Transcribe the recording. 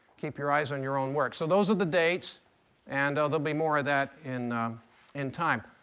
keep your eyes on your own work. so those are the dates and there'll be more of that in in time.